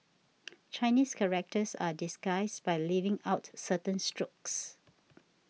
Chinese characters are disguised by leaving out certain strokes